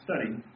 study